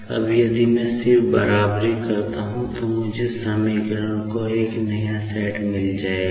अब यदि मैं सिर्फ बराबरी करता हूं तो मुझे समीकरणों का एक सेट मिल जाएगा